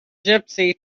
gypsy